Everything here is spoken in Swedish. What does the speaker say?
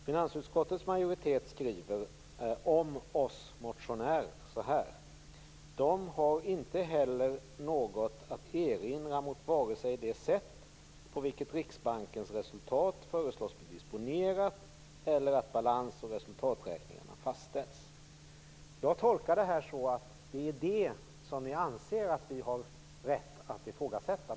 Finansutskottets majoritet skriver så här om oss motionärer: De har inte heller något att erinra mot vare sig det sätt på vilket Riksbankens resultat föreslås bli disponerat eller att balans och resultaträkningarna fastställs. Jag tolkar det som att det är dessa formella saker ni anser att vi har rätt att ifrågasätta.